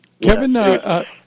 Kevin